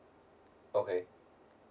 okay